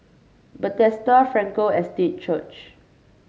Bethesda Frankel Estate Church